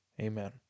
amen